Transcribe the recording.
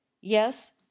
yes